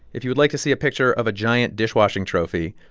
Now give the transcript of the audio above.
if you would like to see a picture of a giant dishwashing trophy,